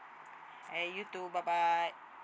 and you too bye bye